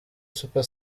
super